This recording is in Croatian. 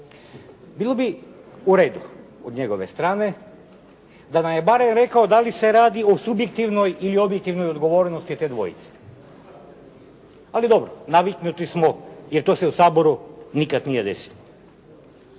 Bilo bi u redu od njegove strane da nam je barem rekao da li se radi o subjektivnoj ili objektivnoj odgovornosti te dvojice. Ali dobro, naviknuti smo jer to se u Saboru nikad nije desilo.